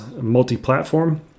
multi-platform